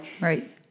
right